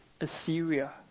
Assyria